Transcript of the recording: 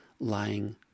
lying